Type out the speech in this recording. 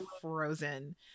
frozen